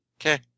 Okay